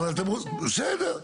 בסדר.